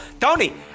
Tony